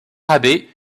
abbé